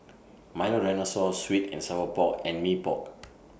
Milo Dinosaur Sweet and Sour Pork and Mee Pok